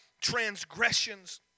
transgressions